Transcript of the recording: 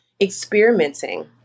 experimenting